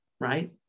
right